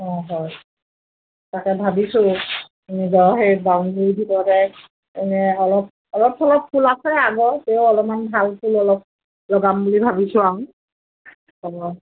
অঁ হয় তাকে ভাবিছোঁ নিজৰ সেই বাউণ্ডৰী ভিতৰতে এনেই অলপ অলপ চলপ ফুল আছে আগৰ তেও অলপমান ভাল ফুল অলপ লগাম বুলি ভাবিছোঁ আৰু